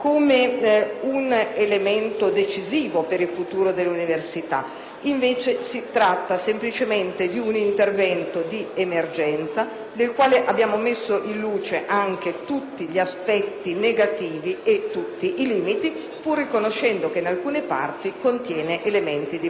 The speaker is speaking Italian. un elemento decisivo per il futuro dell'università: si tratta invece, semplicemente, di un intervento di emergenza del quale abbiamo messo in luce tutti gli aspetti negativi ed i limiti, pur riconoscendo che in alcune parti contiene elementi di positività.